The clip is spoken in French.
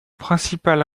principal